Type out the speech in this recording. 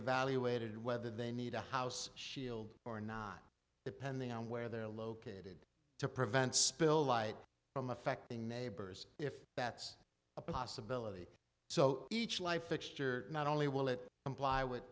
evaluated whether they need a house shield or not depending on where they're located to prevent spill light from affecting neighbors if that's a possibility so each life fixture not only will it comply with